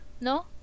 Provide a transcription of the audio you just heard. no